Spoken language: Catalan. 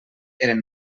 eren